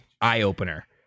eye-opener